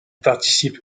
participe